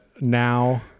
now